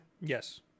Yes